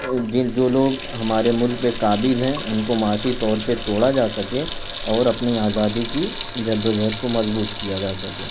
جن جو لوگ ہمارے ملک پہ قابض ہیں ان کو معاشی طور پہ توڑا جا سکے اور اپنی آزادی کی جد وجہد کو مضبوط کیا جا سکے